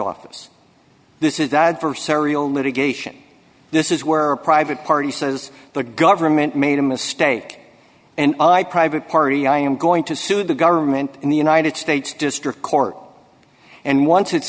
office this is that for serial litigation this is where a private party says the government made a mistake and i private party i am going to sue the government in the united states district court and once it's